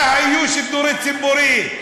היה היה שידור ציבורי,